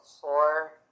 four